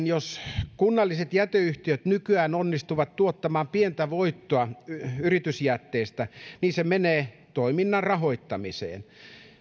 jos kunnalliset jäteyhtiöt nykyään onnistuvat tuottamaan pientä voittoa yritysjätteistä niin se menee toiminnan rahoittamiseen